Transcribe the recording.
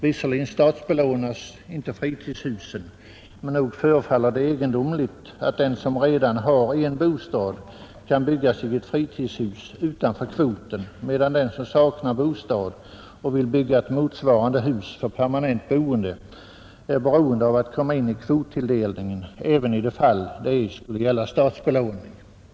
Visserligen statsbelånas inte fritidshusen, men nog förefaller det egendomligt att den som redan har en bostad kan bygga sig ett fritidshus utanför kvoten, medan den som saknar bostad och vill bygga ett motsvarande hus för permanent boende är beroende av att komma med i kvottilldelningen, även i de fall det skulle gälla statsbelåning.